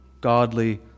godly